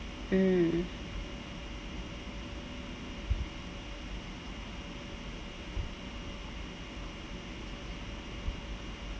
mm